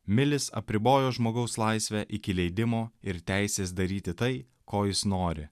milis apribojo žmogaus laisvę iki leidimo ir teisės daryti tai ko jis nori